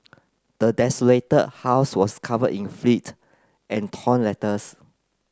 the desolated house was covered in and torn letters